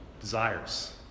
desires